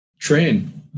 Train